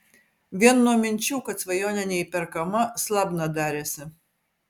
vien nuo minčių kad svajonė neįperkama slabna darėsi